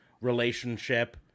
relationship